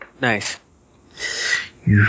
Nice